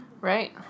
Right